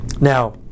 Now